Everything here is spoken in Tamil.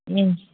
ம்